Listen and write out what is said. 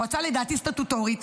מועצה לדעתי סטטוטורית,